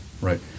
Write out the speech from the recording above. right